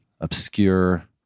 obscure